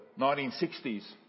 1960s